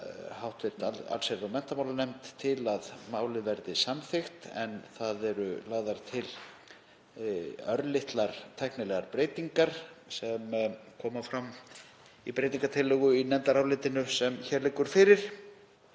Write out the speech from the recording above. hv. allsherjar- og menntamálanefnd til að málið verði samþykkt en leggur til örlitlar tæknilegar breytingar sem koma fram í breytingartillögu í nefndarálitinu sem hér liggur fyrir